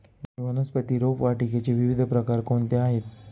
वनस्पती रोपवाटिकेचे विविध प्रकार कोणते आहेत?